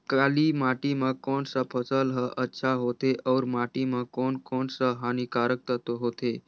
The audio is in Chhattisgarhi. काली माटी मां कोन सा फसल ह अच्छा होथे अउर माटी म कोन कोन स हानिकारक तत्व होथे?